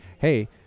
Hey